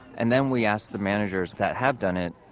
and then we ask the managers that have done it,